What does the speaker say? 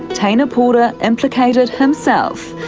teina pora implicated himself,